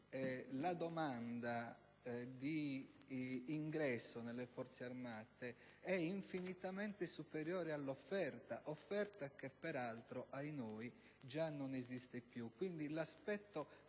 la domanda di ingresso nelle Forze armate è infinitamente superiore all'offerta. Offerta che peraltro - ahinoi! - non esiste già